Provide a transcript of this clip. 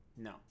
no